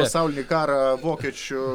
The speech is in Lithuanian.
pasaulinį karą vokiečių